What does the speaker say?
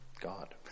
God